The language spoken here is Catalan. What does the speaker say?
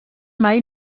mai